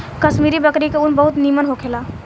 कश्मीरी बकरी के ऊन बहुत निमन होखेला